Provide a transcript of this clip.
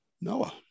Noah